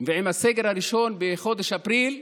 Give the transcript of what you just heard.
ועם הסגר הראשון בחודש אפריל,